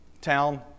town